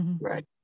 right